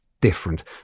different